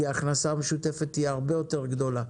כי ההכנסה המשותפת תהיה הרבה יותר גדולה.